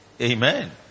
Amen